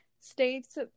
states